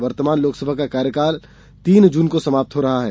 वर्तमान लोकसभा का कार्यकाल तीन जून को समाप्त हो रहा है